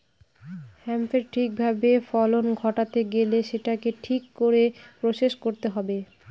হেম্পের ঠিক ভাবে ফলন ঘটাতে গেলে সেটাকে ঠিক করে প্রসেস করতে হবে